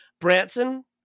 Branson